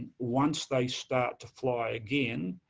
once they start to fly again,